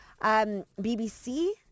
BBC